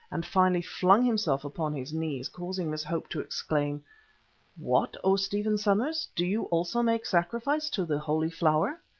and finally flung himself upon his knees, causing miss hope to exclaim what, o stephen somers! do you also make sacrifice to the holy flower?